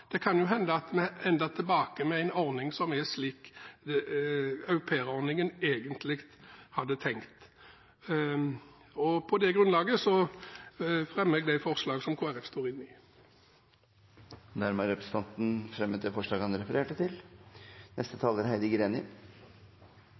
Det kan jo hende at vi ender med en ordning som er slik aupairordningen egentlig var tenkt. På det grunnlaget fremmer jeg de forslag Kristelig Folkeparti står inne i. Representanten Geir Sigbjørn Toskedal har tatt opp de forslagene han refererte til.